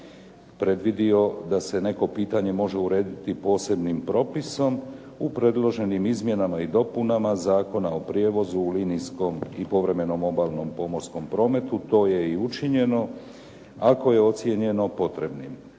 predvidio da se neko pitanje može urediti posebnim propisom u predloženim izmjenama i dopunama Zakona o prijevozu u linijskom i povremenom obalnom pomorskom prometu to je i učinjeno ako je ocijenjeno potrebnim.